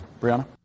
Brianna